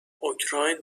اوکراین